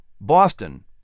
Boston